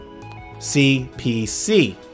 CPC